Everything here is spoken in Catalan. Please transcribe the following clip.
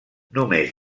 només